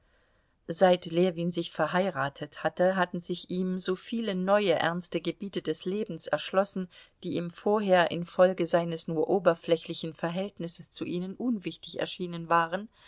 seit ljewin sich verheiratet hatte hatten sich ihm so viele neue ernste gebiete des lebens erschlossen die ihm vorher infolge seines nur oberflächlichen verhältnisses zu ihnen unwichtig erschienen waren